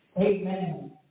Amen